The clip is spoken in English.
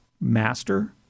master